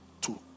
Two